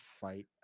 fight